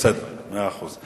בנאומים